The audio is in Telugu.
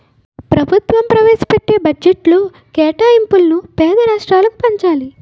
ప్రభుత్వం ప్రవేశపెట్టే బడ్జెట్లో కేటాయింపులను పేద రాష్ట్రాలకు పంచాలి